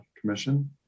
commission